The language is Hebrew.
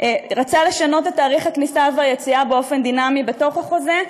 רצה לשנות את תאריך הכניסה והיציאה באופן דינמי בתוך החוזה,